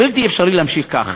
בלתי אפשרי להמשיך כך.